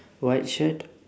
white shirt